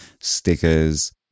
stickers